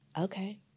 okay